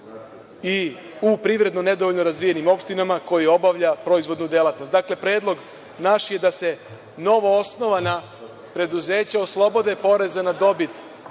i u privredno nedovoljno razvijenim opštinama, koji obavlja proizvodnu delatnost. Dakle, predlog naš je da se novoosnovana preduzeća oslobode poreza na dobit